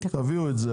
תביאו את זה.